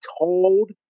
told